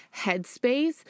headspace